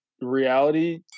reality